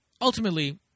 ultimately